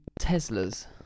Tesla's